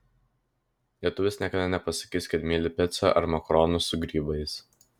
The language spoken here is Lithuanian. lietuvis niekada nepasakys kad myli picą ar makaronus su grybais